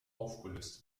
aufgelöst